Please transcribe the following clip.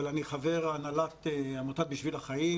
אבל אני חבר הנהלת עמותת בשביל החיים,